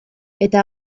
eta